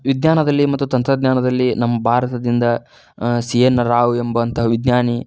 ವಿಜ್ಞಾನದಲ್ಲಿ ಮತ್ತು ತಂತ್ರಜ್ಞಾನದಲ್ಲಿ ನಮ್ಮ ಭಾರತದಿಂದ ಸಿ ಏನ್ ರಾವ್ ಎಂಬಂಥ ವಿಜ್ಞಾನಿ